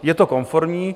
Je to konformní.